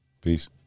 Peace